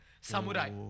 Samurai